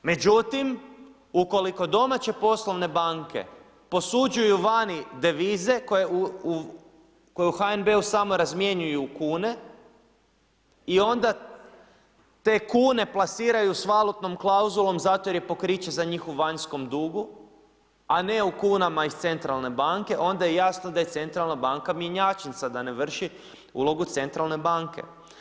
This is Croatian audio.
Međutim, ukoliko domaće poslovne banke posuđuju vani devize koje u HNB-u samo razmjenjuju kune i onda te kune plasiraju sa valutnom klauzulom zato jer je pokriće za njihov vanjski dug, a ne u kunama iz centralne banke, onda je jasno da je centralna banka mjenjačnica da ne vrši ulogu centralne banke.